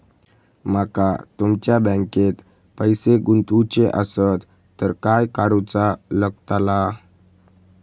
माका तुमच्या बँकेत पैसे गुंतवूचे आसत तर काय कारुचा लगतला?